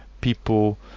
people